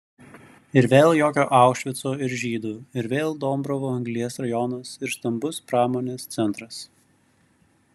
ir vėl jokio aušvico ir žydų ir vėl dombrovo anglies rajonas ir stambus pramonės centras